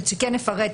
שנפרט